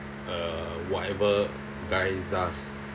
uh whatever guys does